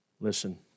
Listen